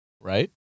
right